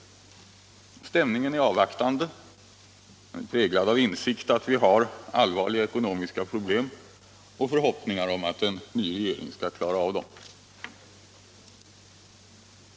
Men stämningen är avvaktande, präglad av insikt att vi har allvarliga ekonomiska problem och förhoppningar att den nya regeringen skall klara av dem.